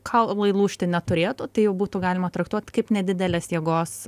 kaulai lūžti neturėtų tai jau būtų galima traktuot kaip nedidelės jėgos